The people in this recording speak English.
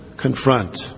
confront